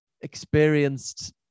experienced